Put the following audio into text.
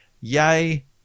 yay